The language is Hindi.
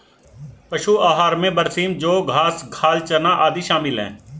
पशु आहार में बरसीम जौं घास खाल चना आदि शामिल है